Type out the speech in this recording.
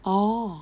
orh